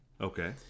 okay